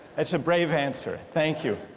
that's a brave answer, thank you.